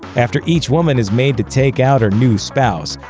after each woman is made to take out her new spouse,